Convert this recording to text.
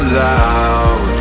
loud